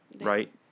right